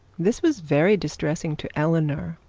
this was very distressing to eleanor,